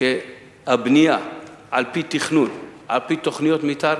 שהבנייה על-פי תכנון, על-פי תוכניות מיתאר,